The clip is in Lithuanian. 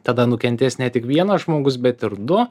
tada nukentės ne tik vienas žmogus bet ir du